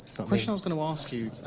was going to ask you,